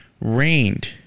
rained